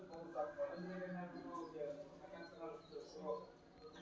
ಪ್ರತಿ ದೇಶದಾಗು ಕೃಷಿ ವಿಧಾನ ಬೇರೆ ಬೇರೆ ಯಾರಿರ್ತೈತಿ ಮತ್ತ ಪ್ರದೇಶವಾರು ಮುಖ್ಯ ಬೆಳಗಳು ಇರ್ತಾವ